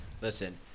listen